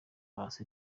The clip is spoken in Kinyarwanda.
hasi